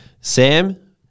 Sam